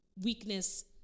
weakness